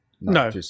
No